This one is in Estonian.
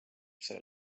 selle